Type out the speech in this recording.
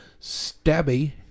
stabby